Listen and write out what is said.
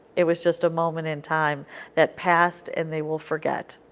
it was just a moment in time that passed, and they will forget.